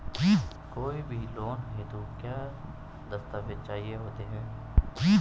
कोई भी लोन हेतु क्या दस्तावेज़ चाहिए होते हैं?